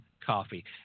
coffee